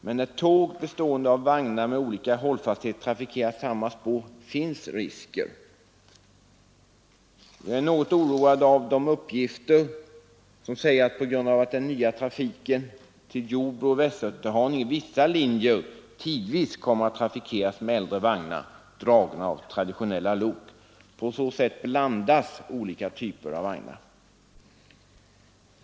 Men när tåg bestående av vagnar med olika hållfasthet trafikerar samma spår finns risker. Jag är något oroad av de uppgifter som säger att på grund av den nya trafiken till Jordbro och Västerhaninge kommer vissa linjer tidvis att trafikeras med äldre vagnar dragna av traditionella lok. På så sätt blandas olika typer av vagnar.